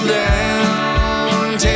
down